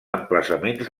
emplaçaments